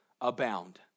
abound